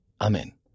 Amen